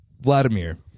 Vladimir